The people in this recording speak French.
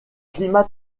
climats